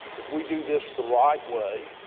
if we do this the right way,